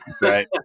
Right